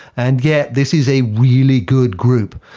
and yet this is a really good group,